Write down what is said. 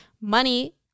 money